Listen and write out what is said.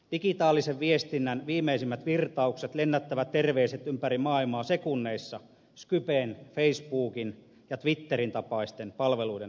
digitaalisen viestinnän viimeisimmät virtaukset lennättävät terveiset ympäri maailmaa sekunneissa skypen facebookin ja twitterin tapaisten palveluiden avulla